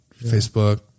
Facebook